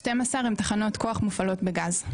12 הן תחנות כוח מופעלות בגז.